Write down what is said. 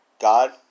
God